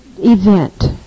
Event